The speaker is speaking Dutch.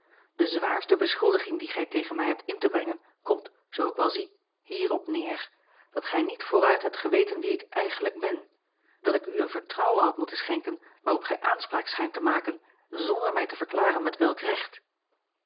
een omweg beschuldiging die gij tegen mij hebt in te brengen komt zoo ik wel zie hierop neer dat gij niet vooruit hebt geweten wie ik eigenlijk ben dat ik u een vertrouwen had moeten schenken waarop gij aanspraak schijnt te maken zonder mij te verklaren met welk recht